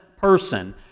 person